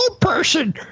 person